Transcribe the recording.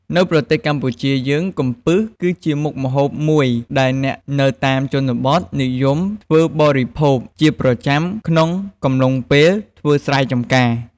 នៅក្នុងប្រទេសកម្ពុជាយើង កំពឹសជាមុខម្ហូបមួយដែលអ្នកនៅតាមជនបទនិយមធ្វើបរិភោគជាប្រចាំក្នុងកំឡុងពេលធ្វើស្រែចំការ។